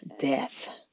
death